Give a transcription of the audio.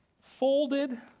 folded